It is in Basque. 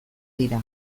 dira